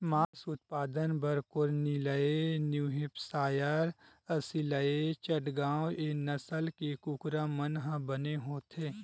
मांस उत्पादन बर कोरनिलए न्यूहेपसायर, असीलए चटगाँव ए नसल के कुकरा मन ह बने होथे